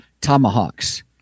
tomahawks